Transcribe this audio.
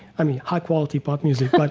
i mean, high-quality pop music like